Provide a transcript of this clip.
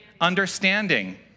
understanding